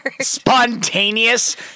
Spontaneous